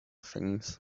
things